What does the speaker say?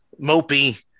mopey